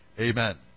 Amen